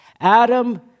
Adam